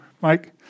Mike